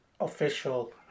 official